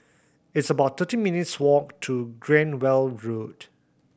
it's about thirteen minutes' walk to Cranwell Road